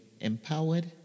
empowered